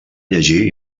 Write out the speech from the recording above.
llegir